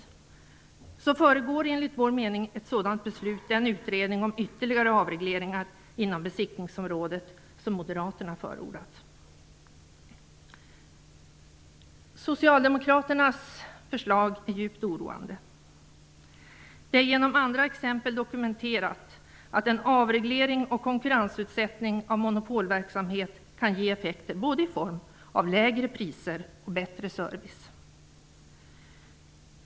Förutom detta föregår, enligt vår mening, ett sådant beslut den utredning om ytterligare avregleringar inom besiktningsområdet som moderaterna har förordat. Socialdemokraternas förslag är djupt oroande. Det är genom andra exempel dokumenterat att en avreglering och konkurrensutsättning av monopolverksamhet kan ge effekter både i form av lägre priser och bättre service.